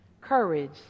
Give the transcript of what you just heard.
courage